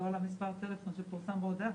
לא על מספר הטלפון שפורסם בהודעה.